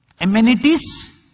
Amenities